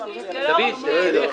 גבייה.